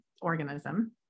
organism